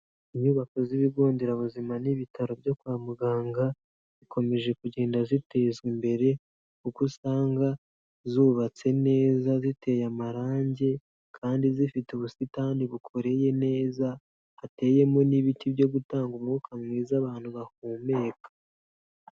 Inyubako z'ibigo nderabuzima n'ibitaro byo kwa muganga zikomeje kugenda zitezwa imbere kuko usanga zubatse neza, ziteye amarangi kandi zifite ubusitani bukoreye neza, hateyemo n'ibiti byo gutanga umwuka mwiza abantu bahumeka.